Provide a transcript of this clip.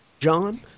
John